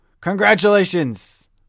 Congratulations